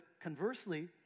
conversely